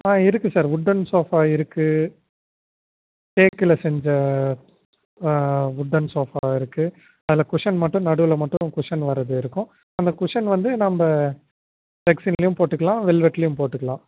ஆ இருக்கு sir wooden sofa இருக்கு தேக்கில் செஞ்ச வுட்டன் ஷோஃபா இருக்கு அதில் குஷன் மட்டும் நடுவில் மட்டும் குஷன் வர்றது இருக்கும் அந்த குஷன் வந்து நம்ம ரெக்சின்லேயும் போட்டுக்கலாம் வெல்வெட்லேயும் போட்டுக்கலாம்